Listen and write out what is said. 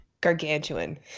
gargantuan